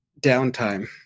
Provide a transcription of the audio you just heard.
downtime